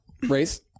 race